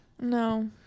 No